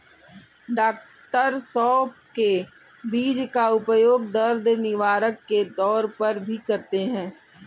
डॉ सौफ के बीज का उपयोग दर्द निवारक के तौर पर भी करते हैं